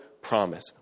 promise